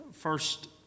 first